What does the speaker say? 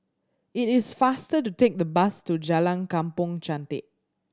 it is faster to take the bus to Jalan Kampong Chantek